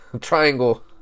triangle